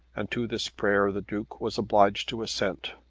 and to this prayer the duke was obliged to assent.